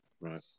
Right